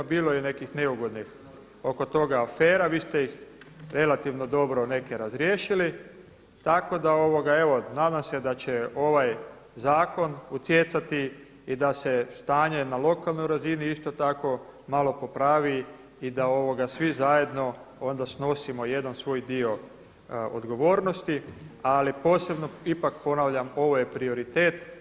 Bilo je nekih neugodnih oko toga afera, vi ste ih relativno dobro neke razriješili, tako da evo nadam se da će ovaj zakon utjecati i da se stanje na lokalnoj razini isto malo popravi i da svi zajedno snosimo jedan svoj dio odgovornosti, ali posebno ipak ponavljam ovo je prioritet.